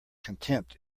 contempt